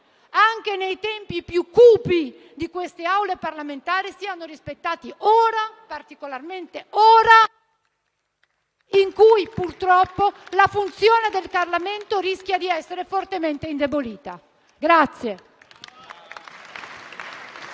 anche nei tempi più cupi di queste Aule parlamentari, siano rispettati ora, in modo particolare ora, in un momento in cui purtroppo la funzione del Parlamento rischia di essere fortemente indebolita.